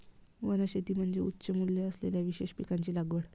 वनशेती म्हणजे उच्च मूल्य असलेल्या विशेष पिकांची लागवड